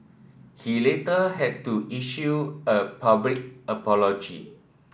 he later had to issue a public apology